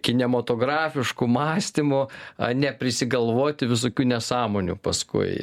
kinematografišku mąstymu ane prisigalvoti visokių nesąmonių paskui